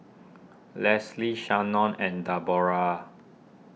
Lesli Shanon and Debora